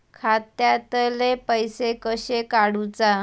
खात्यातले पैसे कशे काडूचा?